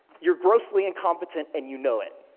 you're grossly incompetent and you know it,